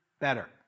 better